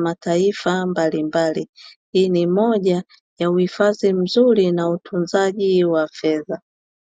mtaifa mbalimbali hii ni moja ya uhifadhi mzuri wa fedha.